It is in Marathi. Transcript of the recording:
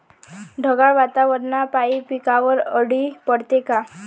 ढगाळ वातावरनापाई पिकावर अळी पडते का?